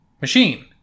machine